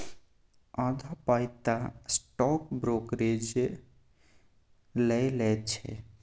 आधा पाय तँ स्टॉक ब्रोकरेजे लए लैत छै